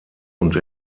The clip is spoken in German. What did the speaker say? und